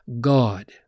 God